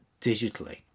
digitally